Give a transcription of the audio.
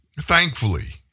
Thankfully